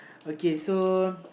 okay so